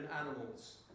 animals